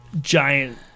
giant